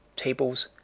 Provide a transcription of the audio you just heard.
tables,